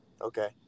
okay